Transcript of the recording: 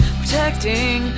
protecting